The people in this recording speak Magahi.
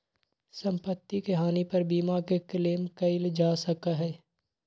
सम्पत्ति के हानि पर बीमा के क्लेम कइल जा सका हई